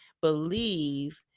believe